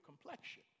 complexion